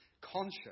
conscious